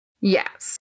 Yes